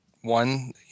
one